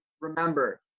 remember